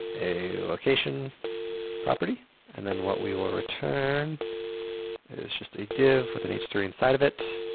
a location property and then what we will return is just a div with an h three inside of it.